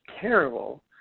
terrible